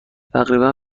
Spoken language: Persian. تقریبا